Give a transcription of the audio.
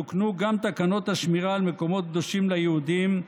תוקנו גם תקנות השמירה על מקומות קדושים ליהודים,